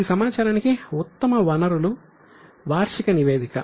ఈ సమాచారానికి ఉత్తమ వనరు వార్షిక నివేదిక